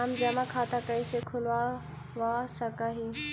हम जमा खाता कैसे खुलवा सक ही?